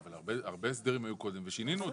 אבל הרבה הסדרים היו קודם ושינינו אותם.